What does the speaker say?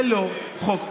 זה לא חוק פרסונלי.